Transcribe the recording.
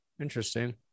Interesting